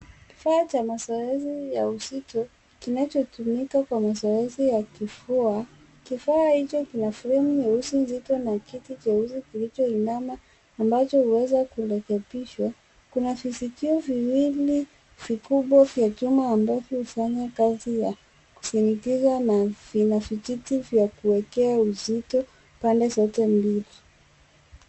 Kifaa cha mazoezi ya uzito, kinachotumika kwa mazoezi ya kifua. Kifaa hicho kina fremu nyeusi nzito na kiti cheusi kilichoinama ambacho huweza kurekebishwa. Kuna vishikio viwili vikubwa vya chuma ambavyo hufanya kazi ya kushinikiza na vina vijiti vya kuwekea uzito pande zote mbili.